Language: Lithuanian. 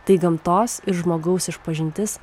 tai gamtos ir žmogaus išpažintis